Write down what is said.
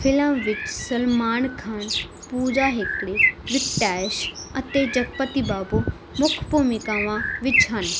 film ਵਿੱਚ ਸਲਮਾਨ ਖਾਨ ਪੂਜਾ ਹੇਗੜੇ ਵੈਂਕਟੇਸ਼ ਅਤੇ ਜਗਪਤੀ ਬਾਬੂ ਮੁੱਖ ਭੂਮਿਕਾਵਾਂ ਵਿੱਚ ਹਨ